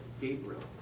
Gabriel